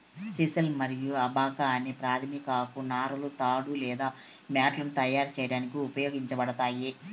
sisal మరియు abaca అనే ప్రాధమిక ఆకు నారలు తాడు లేదా మ్యాట్లను తయారు చేయడానికి ఉపయోగించబడతాయి